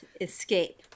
escape